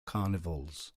carnivals